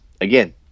again